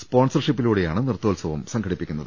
സ്പോൺസർഷിപ്പിലൂടെയാണ് നൃത്തോത്സവം സംഘടിപ്പിക്കുന്നത്